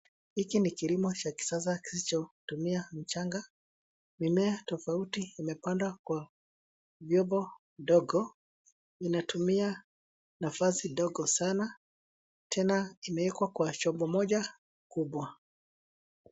Hiki ni kilimo cha kisasa kisichotumia mchanga. Mimea tofauti imepandwa kwa vyombo ndogo. Inatumia nafasi ndogo sana, tena imewekwa kwa chombo moja kubwa.